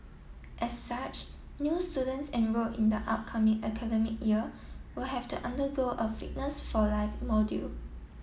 as such new students enrolled in the upcoming academic year will have to undergo a fitness for life module